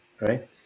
Right